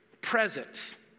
presence